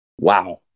wow